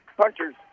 Punchers